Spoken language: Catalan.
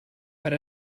per